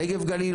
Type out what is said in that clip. נגב גליל,